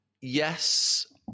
yes